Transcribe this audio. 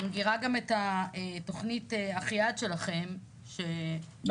אני מכירה גם את התוכנית "אחיעד" שלכם -- נכון.